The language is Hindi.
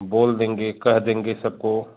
बोल देंगे कह देंगे सबको